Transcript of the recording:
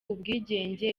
ubwigenge